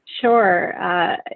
Sure